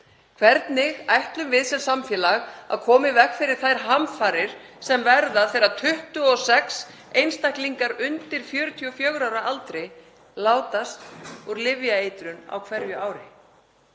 Hvernig ætlum við sem samfélag að koma í veg fyrir þær hamfarir sem verða þegar 26 einstaklingar undir 44 ára aldri látast úr lyfjaeitrun á hverju ári?